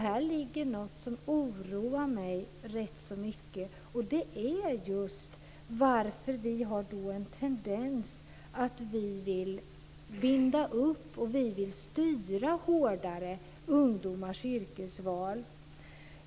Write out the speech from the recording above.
Här ligger något som oroar mig rätt mycket, och det är just varför vi har en tendens att vilja binda upp och styra ungdomars yrkesval hårdare.